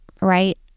right